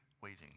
waiting